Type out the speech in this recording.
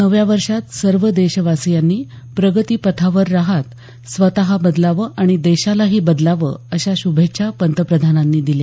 नव्या वर्षात सर्व देशवासियांनी प्रगतीपथावर रहात स्वत बदलावं आणि देशालाही बदलावं अशा श्भेच्छा पंतप्रधानांनी दिल्या